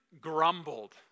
grumbled